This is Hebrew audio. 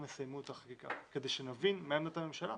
יסיימו את החקיקה כדי שנבין מה עמדת הממשלה.